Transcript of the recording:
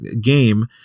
game